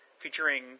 Featuring